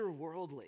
otherworldly